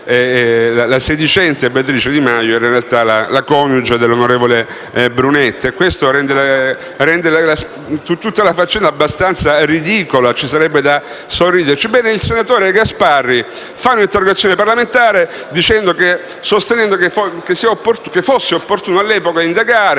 la sedicente Beatrice Di Maio era in realtà la coniuge dell'onorevole Brunetta e ciò rende tutta la faccenda abbastanza ridicola. Ci sarebbe da sorridere. Il senatore Gasparri ha presentato un'interrogazione parlamentare sostenendo che, all'epoca, fosse opportuno indagare